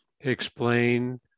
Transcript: explain